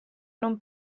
non